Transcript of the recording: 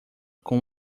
com